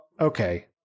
okay